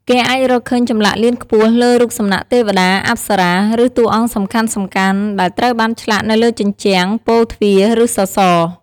គេអាចរកឃើញចម្លាក់លៀនខ្ពស់លើរូបសំណាកទេពតា អប្សរា ឬតួអង្គសំខាន់ៗដែលត្រូវបានឆ្លាក់នៅលើជញ្ជាំង ពោធិ៍ទ្វារ ឬសសរ។